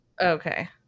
Okay